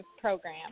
program